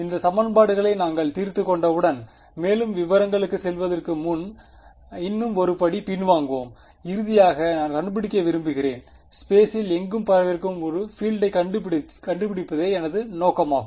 இந்த சமன்பாடுகளை நாங்கள் தீர்த்துக் கொண்டவுடன் மேலும் விவரங்களுக்குச் செல்வதற்கு முன் இன்னும் ஒரு படி பின்வாங்குவோம் இறுதியாக நான் கண்டுபிடிக்க விரும்புகிறேன் ஸ்பேசில் எங்கும் பரவியிருக்கும் உள்ள பீல்டை கண்டுபிடிப்பதே எனது நோக்கமாகும்